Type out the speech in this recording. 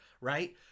right